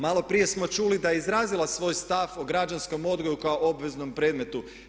Maloprije smo čuli da je izrazila svoj stav o građanskom odgoju kao obveznom predmetu.